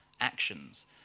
actions